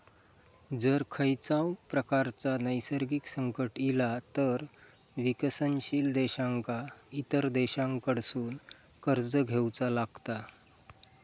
जर खंयच्याव प्रकारचा नैसर्गिक संकट इला तर विकसनशील देशांका इतर देशांकडसून कर्ज घेवचा लागता